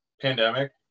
pandemic